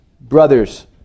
Brothers